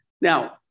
Now